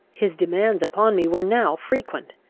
his demands upon me were now frequent,